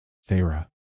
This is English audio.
Sarah